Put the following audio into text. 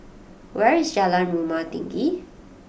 where is Jalan Rumah Tinggi